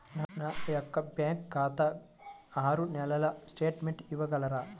నా యొక్క బ్యాంక్ ఖాతా గత ఆరు నెలల స్టేట్మెంట్ ఇవ్వగలరా?